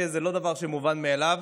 שזה לא דבר שמובן מאליו,